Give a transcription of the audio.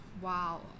Wow